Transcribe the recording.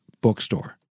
Bookstore